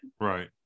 Right